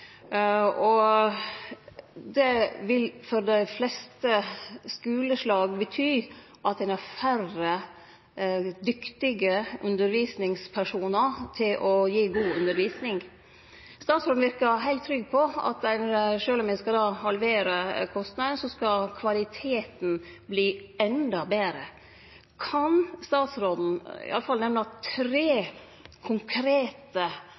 Det vil for dei fleste skuleslag bety at ein har færre dyktige undervisningspersonar til å gje god undervisning. Statsråden verkar heilt trygg på at sjølv om ein då skal halvere kostnadene, så skal kvaliteten verte endå betre. Kan statsråden i alle fall nemne tre konkrete